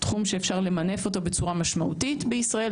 תחום שאפשר למנף אותו בצורה משמעותית בישראל,